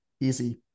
easy